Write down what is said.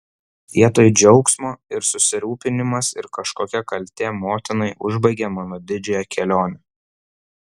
vietoj džiaugsmo ir susirūpinimas ir kažkokia kaltė motinai užbaigė mano didžiąją kelionę